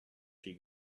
she